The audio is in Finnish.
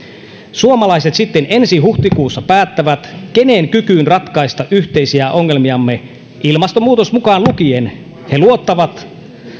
suomalaiset sitten ensi huhtikuussa päättävät kenen kykyyn ratkaista yhteisiä ongelmiamme ilmastonmuutos mukaan lukien he luottavat